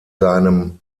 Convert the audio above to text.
seinem